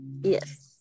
Yes